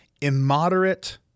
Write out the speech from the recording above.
immoderate